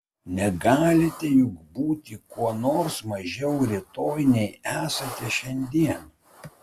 negalite juk būti kuo nors mažiau rytoj nei esate šiandien